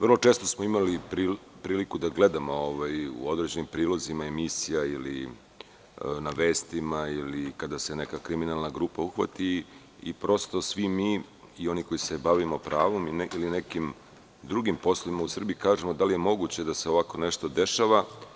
Vrlo često smo imali priliku da gledamo u određenim prilozima emisija ili na vestima ili kada se neka kriminalna grupa uhvati i svi mi i oni koji se bavimo pravom ili nekim drugim poslovima u Srbiji, kažemo – da li je moguće da se ovako nešto dešava?